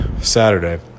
Saturday